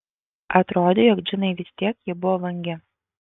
atrodė jog džinai vis tiek ji buvo vangi